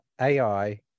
AI